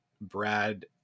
Brad